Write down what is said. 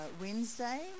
Wednesday